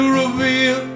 reveal